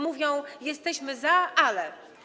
Mówią: jesteśmy za, ale.